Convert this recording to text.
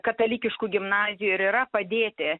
katalikiškų gimnazijų ir yra padėti